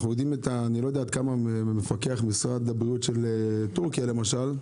אני לא יודע כמה מפקח משרד הבריאות של טורקיה למשל,